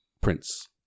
Prince